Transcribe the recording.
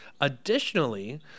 additionally